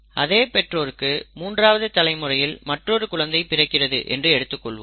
அதே பெற்றோருக்கு மூன்றாவது தலைமுறையில் மற்றொரு குழந்தை பிறக்கிறது என்று எடுத்துக்கொள்வோம்